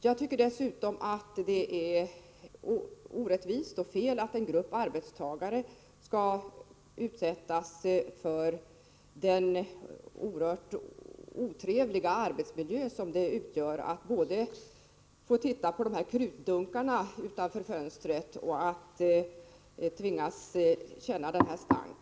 Jag tycker att det dessutom är orättvist och fel att en grupp arbetstagare skall utsättas för den oerhört otrevliga arbetsmiljö som det innebär att både få titta på ”krutdunkarna” utanför fönstren och att tvingas känna denna stank.